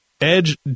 Edge